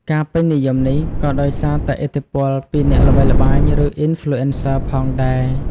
ការពេញនិយមនេះក៏ដោយសារតែឥទ្ធិពលពីអ្នកល្បីល្បាញឬ Influencer ផងដែរ។